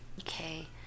Okay